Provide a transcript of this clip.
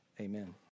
amen